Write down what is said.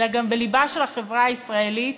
אלא גם בלבה של החברה הישראלית,